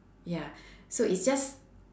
ya so it's just